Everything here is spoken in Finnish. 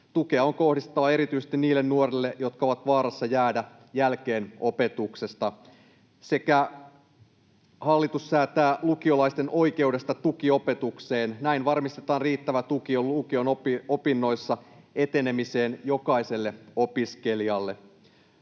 Tukea on kohdistettava erityisesti niille nuorille, jotka ovat vaarassa jäädä jälkeen opetuksesta. Lisäksi hallitus säätää lukiolaisten oikeudesta tukiopetukseen. Näin varmistetaan jokaiselle opiskelijalle